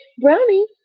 brownie